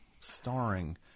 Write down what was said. Starring